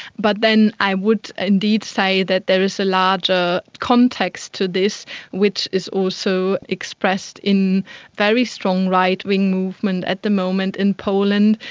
but then i would indeed say that there is a larger context to this which is also expressed in very strong right-wing movement at the moment in poland,